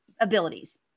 abilities